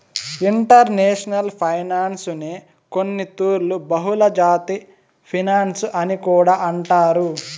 international ఫైనాన్సునే కొన్నితూర్లు బహుళజాతి ఫినన్సు అని కూడా అంటారు